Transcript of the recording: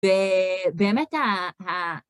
באמת ה...